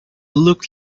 looked